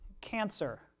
Cancer